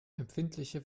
empfindliche